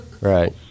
Right